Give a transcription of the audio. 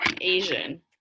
Asian